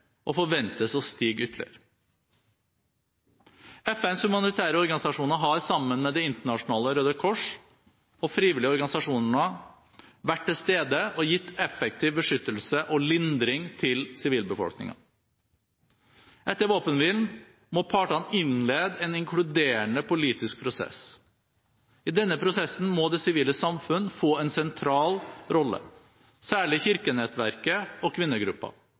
og forventes å stige ytterligere. FNs humanitære organisasjoner har, sammen med Det internasjonale Røde Kors og frivillige organisasjoner, vært til stede og gitt effektiv beskyttelse og lindring til sivilbefolkningen. Etter våpenstillstanden må partene innlede en inkluderende politisk prosess. I denne prosessen må det sivile samfunn få en sentral rolle, særlig kirkenettverket og